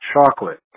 chocolate